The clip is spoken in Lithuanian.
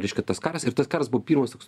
reiškia tas karas ir tas karas buvo pirmas toks